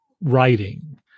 writing